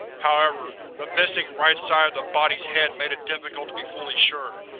however, the missing right side of the body's head made it difficult to be fully sure.